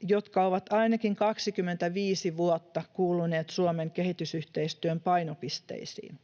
jotka ovat ainakin 25 vuotta kuuluneet Suomen kehitysyhteistyön painopisteisiin.